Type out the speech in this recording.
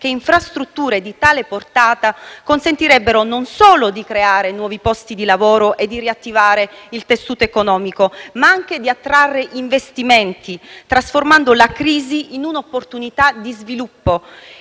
che infrastrutture di tale portata consentirebbero non solo di creare nuovi posti di lavoro e di riattivare il tessuto economico, ma anche di attrarre investimenti, trasformando la crisi in un'opportunità di sviluppo.